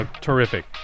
Terrific